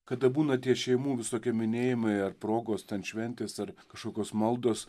kada būna tie šeimų visokie minėjimai ar progos ten šventės ar kažkokios maldos